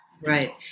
Right